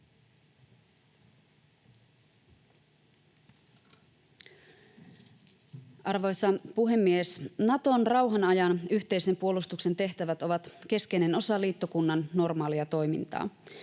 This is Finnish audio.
Arvoisa puhemies! Naton rauhan ajan yhteisen puolustuksen tehtävät ovat keskeinen osa liittokunnan normaalia toimintaa.